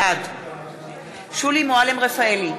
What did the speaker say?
בעד שולי מועלם-רפאלי,